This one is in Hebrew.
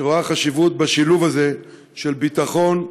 שרואה חשיבות בשילוב הזה של ביטחון,